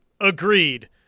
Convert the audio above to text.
agreed